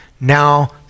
now